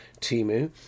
Timu